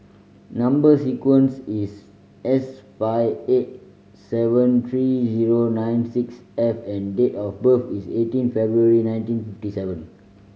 number sequence is S five eight seven three zero nine six F and date of birth is eighteen February nineteen fifty seven